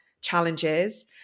challenges